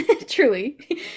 truly